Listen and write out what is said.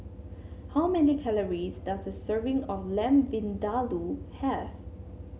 how many calories does a serving of Lamb Vindaloo have